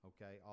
Okay